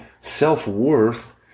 self-worth